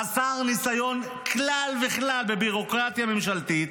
חסר כל ניסיון בכלל בביורוקרטיה ממשלתית,